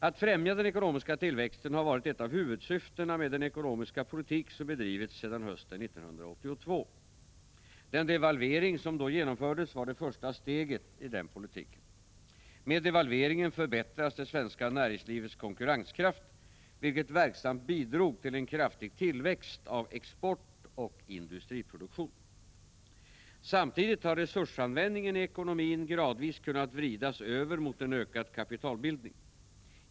Att främja den ekonomiska tillväxten har varit ett av huvudsyftena med den ekonomiska politik som bedrivits sedan hösten 1982. Den devalvering som då genomfördes var det första steget i denna politik. Med devalveringen förbättrades det svenska näringslivets konkurrenskraft, vilket verksamt bidrog till en kraftig tillväxt av export och industriproduktion. Samtidigt har resursanvändningen i ekonomin gradvis kunnat vridas över mot en ökad kapitalbildning.